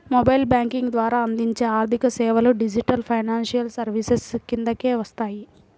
mobile banking ద్వారా అందించే ఆర్థికసేవలు డిజిటల్ ఫైనాన్షియల్ సర్వీసెస్ కిందకే వస్తాయి